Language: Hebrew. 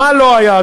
מה לא היה,